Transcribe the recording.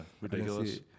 ridiculous